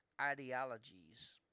ideologies